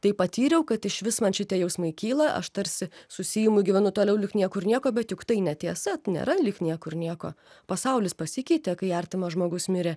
tai patyriau kad išvis man šitie jausmai kyla aš tarsi susiimu gyvenu toliau lyg niekur nieko bet juk tai netiesa nėra lyg niekur nieko pasaulis pasikeitė kai artimas žmogus mirė